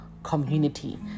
Community